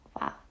Wow